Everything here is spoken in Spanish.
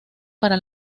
para